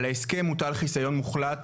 על ההסכם הוטל חיסיון מוחלט,